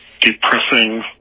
depressing